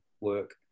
work